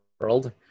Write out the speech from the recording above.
world